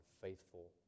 faithful